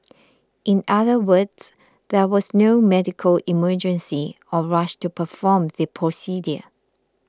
in other words there was no medical emergency or rush to perform the procedure